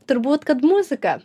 turbūt kad muzika